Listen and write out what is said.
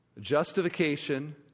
Justification